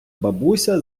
бабуся